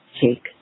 take